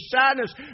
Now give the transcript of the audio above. sadness